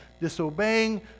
disobeying